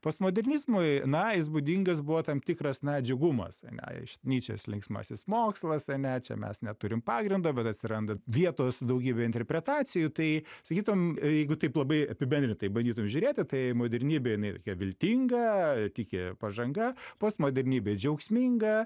postmodernizmui na jis būdingas buvo tam tikras na džiugumas ane iš nyčės linksmasis mokslas ane čia mes neturim pagrindo bet atsiranda vietos daugybei interpretacijų tai sakytum jeigu taip labai apibendrintai bandytum žiūrėti tai modernybė jinai tokia viltinga tiki pažanga postmodernybė džiaugsminga